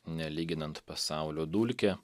nelyginant pasaulio dulkė